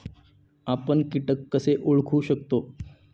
आपण कीटक कसे ओळखू शकतो?